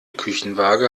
küchenwaage